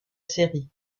série